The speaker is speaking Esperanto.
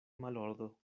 malordo